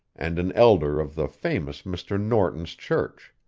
and an elder of the famous mr. norton's church.